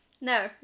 no